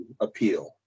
appeal